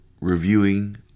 Reviewing